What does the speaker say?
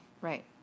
Right